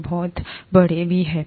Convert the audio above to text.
वे बहुत बड़े भी हैं